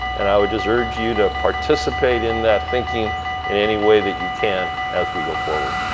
and i would just urge you to participate in that thinking in any way that you can as we go forward.